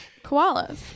koalas